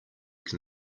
can